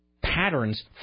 patterns